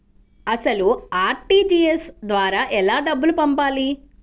అసలు అర్.టీ.జీ.ఎస్ ద్వారా ఎలా డబ్బులు పంపాలి?